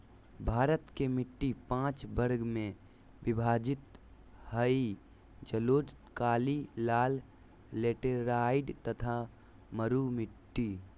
भारत के मिट्टी पांच वर्ग में विभाजित हई जलोढ़, काली, लाल, लेटेराइट तथा मरू मिट्टी